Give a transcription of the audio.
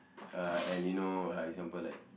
uh and you know uh example like